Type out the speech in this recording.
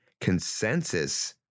consensus